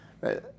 right